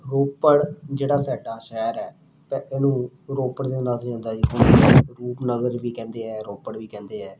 ਰੋਪੜ ਜਿਹੜਾ ਸਾਡਾ ਸ਼ਹਿਰ ਹੈ ਤਾਂ ਇਹਨੂੰ ਰੋ ਰੋਪੜ ਦੇ ਨਾਂ 'ਤੇ ਰੂਪਨਗਰ ਵੀ ਕਹਿੰਦੇ ਹੈ ਰੋਪੜ ਵੀ ਕਹਿੰਦੇ ਹੈ